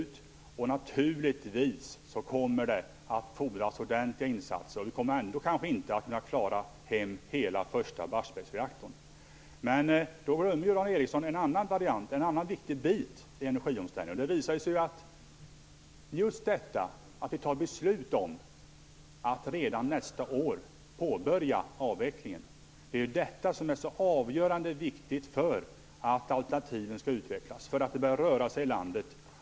Det kommer naturligtvis att fordras ordentliga insatser, och vi kommer kanske ändå inte att klara av hela den första Barsebäcksreaktorn. Men Dan Ericsson glömmer en annan viktig bit i energiomställningen. Vi fattar ju beslut om att redan nästa år påbörja avvecklingen. Det visar sig att det är viktigt för att alternativen skall utvecklas och för att det skall börja röra sig i landet.